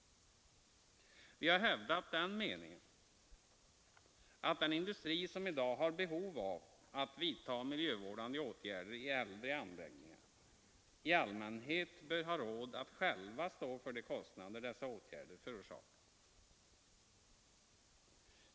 Vi har hävdat att de industrier, där det i dag behöver vidtas miljövårdande åtgärder i äldre anläggningar, i allmänhet bör ha råd att själva stå för de kostnader dessa åtgärder förorsakar.